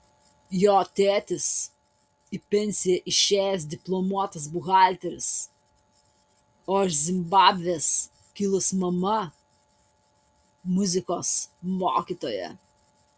jo tėtis į pensiją išėjęs diplomuotas buhalteris o iš zimbabvės kilus mama muzikos mokytoja